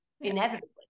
inevitably